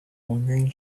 wandering